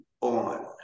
on